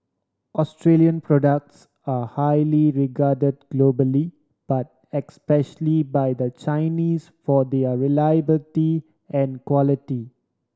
Australian products are highly regard globally but especially by the Chinese for their reliability and quality